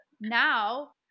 now